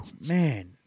man